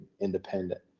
independent